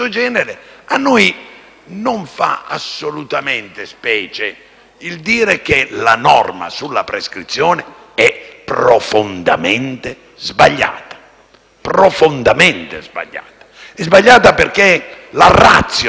non ci fa assolutamente specie dire che la norma sulla prescrizione è profondamente sbagliata, e ripeto profondamente sbagliata. È sbagliata, perché la *ratio* della prescrizione